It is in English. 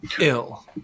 ill